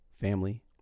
family